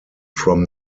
from